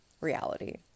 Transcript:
reality